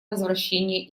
возвращения